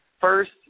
first